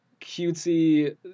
cutesy